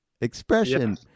expression